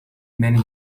many